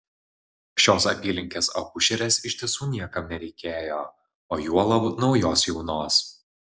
šios apylinkės akušerės iš tiesų niekam nereikėjo o juolab naujos jaunos